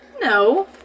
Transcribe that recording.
No